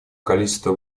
количество